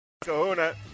Kahuna